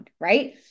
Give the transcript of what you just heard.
right